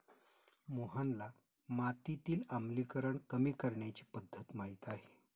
मोहनला मातीतील आम्लीकरण कमी करण्याची पध्दत माहित आहे